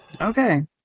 Okay